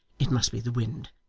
it must be the wind.